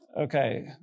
Okay